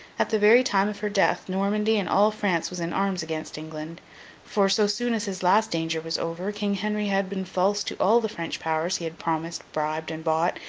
at the very time of her death, normandy and all france was in arms against england for, so soon as his last danger was over, king henry had been false to all the french powers he had promised, bribed, and bought,